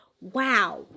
wow